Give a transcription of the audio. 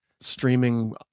streaming